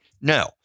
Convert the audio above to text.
No